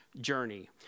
journey